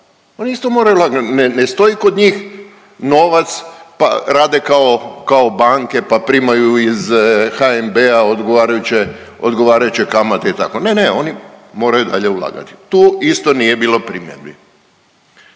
Oni isto moraju ulagati. Ne stoji kod njih novac pa rade kao banke, pa primaju iz HNB-a odgovarajuće kamate i tako. Ne, ne, oni moraju dalje ulagati. Tu isto nije bilo primjedbi.